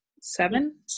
seven